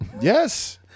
Yes